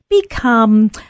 become